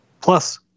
Plus